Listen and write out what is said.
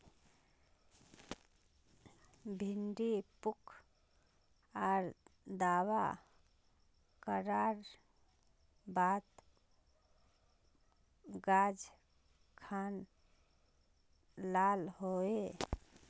भिन्डी पुक आर दावा करार बात गाज खान लाल होए?